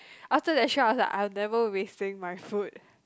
after that shows I never wasting my food